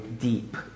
deep